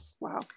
Wow